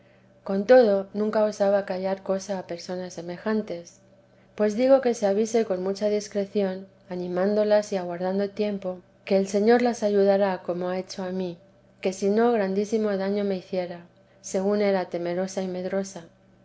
con todo nunca osaba callar cosa a personas semejantes pues digo que se avise con mucha discreción animándolas y aguardando tiempo que el señor las ayudará teresa de ii sus corno ha hecho a mí que si no grandísimo daño me luciera según era temerosa y medrosa